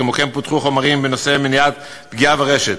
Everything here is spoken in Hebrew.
כמו כן פותח חומר בנושא מניעת פגיעה ברשת,